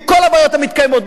עם כל הבעיות המתקיימות,